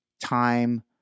Time